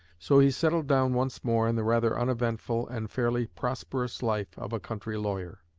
so he settled down once more in the rather uneventful and fairly prosperous life of a country lawyer.